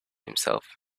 himself